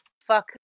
Fuck